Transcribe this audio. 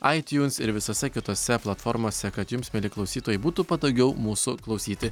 aitiuns ir visose kitose platformose kad jums mieli klausytojai būtų patogiau mūsų klausyti